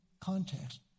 context